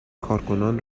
کارکنان